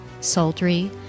sultry